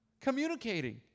communicating